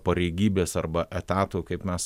pareigybės arba etato kaip mes